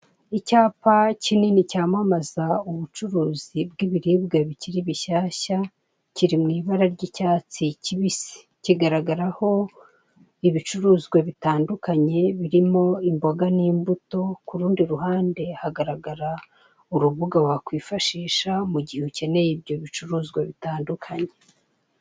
Icyapa kinini cyamamaza ubucuruzi bw'ibiribwa bikiri bishyashya, kiri mu ibara ry'icyatsi kibisi. Kigaragaraho ibicuruzwa bitandukanye birimo imboga n'imbuto, ku rundi ruhande hagaragara urubuga wakwifashisha mu gihe ukeneye ibyo bicuruzwa bitandukanye.